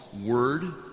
word